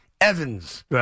Evans